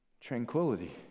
tranquility